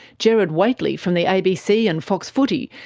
gerard whateley, from the abc and fox footy,